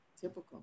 typical